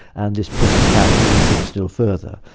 and this pushes back things still further.